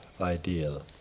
ideal